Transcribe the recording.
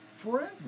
forever